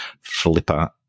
flipper